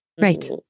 Right